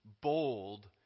bold